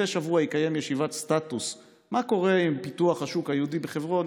מדי שבוע ישיבת סטטוס מה קורה עם פיתוח השוק היהודי בחברון,